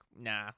nah